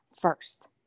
first